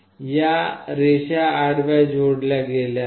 या रेषा आडव्या जोडल्या गेल्या आहेत